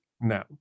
No